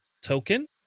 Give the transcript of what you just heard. token